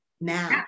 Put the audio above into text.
now